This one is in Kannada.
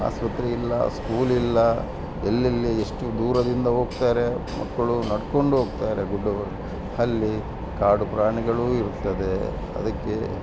ಆಸ್ಪತ್ರೆ ಇಲ್ಲ ಸ್ಕೂಲ್ ಇಲ್ಲ ಎಲ್ಲೆಲ್ಲಿ ಎಷ್ಟು ದೂರದಿಂದ ಹೋಗ್ತಾರೆ ಮಕ್ಕಳು ನಡಕೊಂಡು ಹೋಗ್ತಾರೆ ಗುಡ್ಡಗಳು ಅಲ್ಲಿ ಕಾಡು ಪ್ರಾಣಿಗಳು ಇರುತ್ತದೆ ಅದಕ್ಕೆ